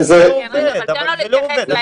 וזה נכון,